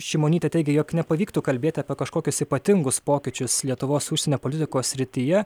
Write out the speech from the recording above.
šimonytė teigė jog nepavyktų kalbėti apie kažkokius ypatingus pokyčius lietuvos užsienio politikos srityje